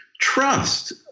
Trust